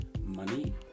money